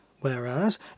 whereas